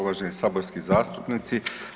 Uvaženi saborski zastupnici.